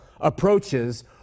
approaches